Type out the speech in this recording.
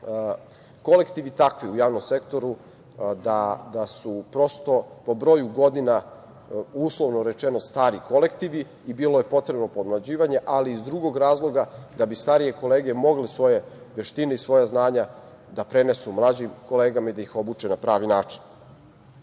kolektivi takvi, u javnom sektoru da su po broju godina, uslovno rečeno, stari kolektivi i bilo je potrebno podmlađivanje, ali i iz drugog razloga da bi starije kolege mogle svoje veštine i svoja znanja da prenesu mlađim kolegama i da ih obuče na pravi način.Za